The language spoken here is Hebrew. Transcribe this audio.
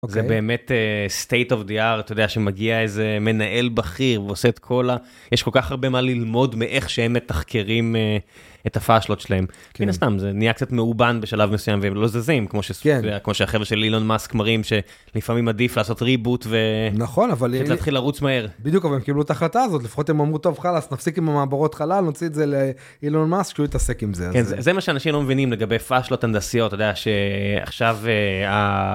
זה באמת state of the art, אתה יודע, שמגיע איזה מנהל בכיר, הוא עושה את כל ה... יש כל כך הרבה מה ללמוד, מאיך שהם מתחקרים את הפאשלות שלהם. בן מן הסתם , זה נהיה קצת מאובן בשלב מסוים, והם לא זזים, כמו שהחבר'ה של אילון מאסק מראים, שלפעמים עדיף לעשות ריבוט ולהתחיל לרוץ מהר. בדיוק, אבל הם קיבלו את ההחלטה הזאת, לפחות הם אמרו טוב, חלאס, נפסיק עם המעברות חלל, נוציא את זה לאילון מאסק, שהוא יתעסק עם זה. זה מה שאנשים לא מבינים לגבי פאשלות הנדסיות, אתה יודע, שעכשיו...